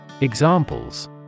Examples